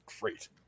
great